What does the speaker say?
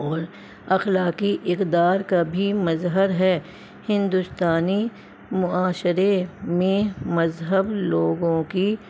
اور اخلاقی اقدار کا بھی مظہر ہے ہندوستانی معاشرے میں مذہب لوگوں کی